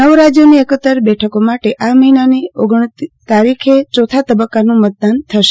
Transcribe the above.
નવ રાજયોની એકોત્તેર બેઠકો માટે આ મહિનાની ઓગણતીસમી તારીખે ચોથા તબકકાનું મતદાન થશે